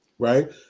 Right